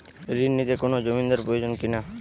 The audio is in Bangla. ঋণ নিতে কোনো জমিন্দার প্রয়োজন কি না?